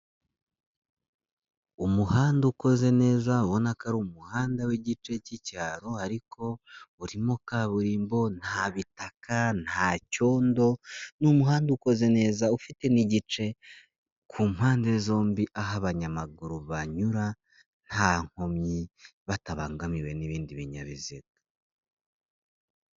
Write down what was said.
Umuhanda ukoze neza ubona ko ari umuhanda w'igice cy'icyaro ariko urimo kaburimbo, nta bitaka, nta cyondo, ni umuhanda ukoze neza ufite n'igice ku mpande zombi aho abanyamaguru banyura nta nkomyi, batabangamiwe n'ibindi binyabiziga.